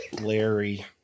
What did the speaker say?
Larry